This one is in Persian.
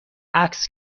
عکس